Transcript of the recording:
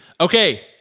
Okay